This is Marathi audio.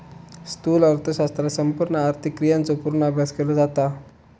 स्थूल अर्थशास्त्रात संपूर्ण आर्थिक क्रियांचो पूर्ण अभ्यास केलो जाता